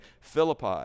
Philippi